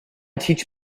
teach